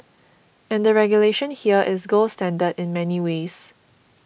and the regulation here is gold standard in many ways